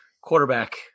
quarterback